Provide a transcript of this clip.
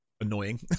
annoying